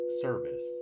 service